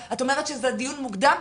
את אומרת שזה דיון מוקדם?